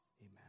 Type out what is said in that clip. amen